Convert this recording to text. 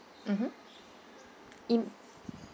mmhmm in